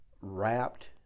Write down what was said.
wrapped